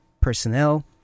personnel